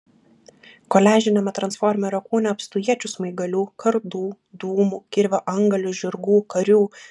koliažiniame transformerio kūne apstu iečių smaigalių kardų dūmų kirvio antgalių žirgų karių